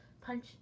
punch